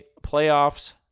playoffs